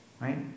right